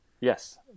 Yes